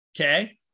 okay